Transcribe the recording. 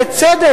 בצדק,